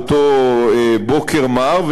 באותו בוקר מר,